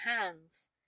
hands